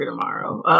tomorrow